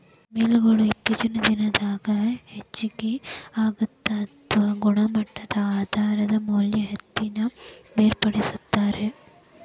mill ಗೊಳು ಇತ್ತೇಚಿನ ದಿನದಾಗ ಹೆಚಗಿ ಆಗಾಕತ್ತಾವ ಗುಣಮಟ್ಟದ ಆಧಾರದ ಮ್ಯಾಲ ಹತ್ತಿನ ಬೇರ್ಪಡಿಸತಾರ